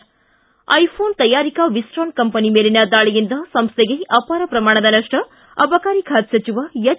ು ಐಫೋನ್ ತಯಾರಿಕಾ Wistron company ಮೇಲಿನ ದಾಳಿಯಿಂದ ಸಂಸ್ಥೆಗೆ ಅಪಾರ ಪ್ರಮಾಣದ ನಷ್ಷ ಅಬಕಾರಿ ಖಾತೆ ಸಚಿವ ಎಚ್